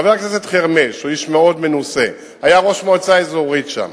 חבר הכנסת חרמש הוא איש מנוסה מאוד והיה ראש מועצה אזורית שם